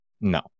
No